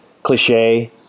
cliche